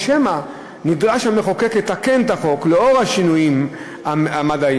או שמא נדרש המחוקק לתקן את החוק לאור שינויים המדעיים.